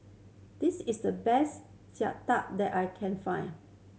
this is the best that I can find